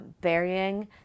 burying